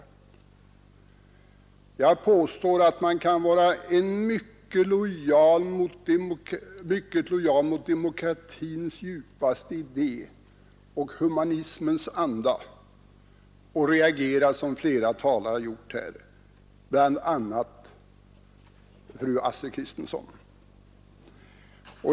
63 Jag påstår att man kan vara mycket lojal mot demokratins djupaste idé och humanismens anda men ändå reagera så som flera talare här har gjort, bl.a. fru Astrid Kristensson.